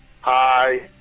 Hi